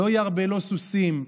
"לא ירבה לו סוסים,